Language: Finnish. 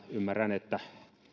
ymmärrän että